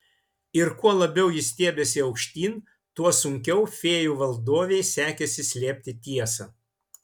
ir kuo labiau ji stiebėsi aukštyn tuo sunkiau fėjų valdovei sekėsi slėpti tiesą